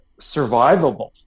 survivable